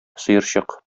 сыерчык